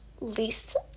Lisa